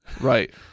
right